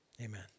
amen